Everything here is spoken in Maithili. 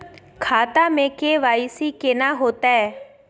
खाता में के.वाई.सी केना होतै?